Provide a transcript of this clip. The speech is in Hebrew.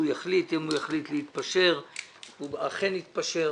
יחליט אם הוא יחליט להתפשר והוא אכן התפשר.